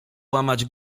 łamać